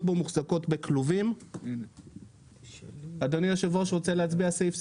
שבו מוחזקות בכלובים,"; אדוני היושב-ראש רוצה להצביע סעיף,